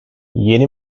yeni